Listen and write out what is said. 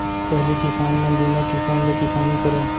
पहिली किसान मन जुन्ना किसम ले किसानी करय